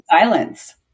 silence